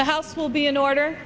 the house will be in order